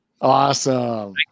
Awesome